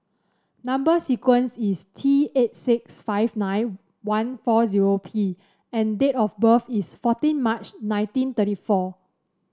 number sequence is T eight six five nine one four zero P and date of birth is fourteen March nineteen thirty four